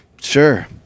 Sure